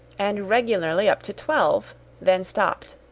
and regularly up to twelve then stopped.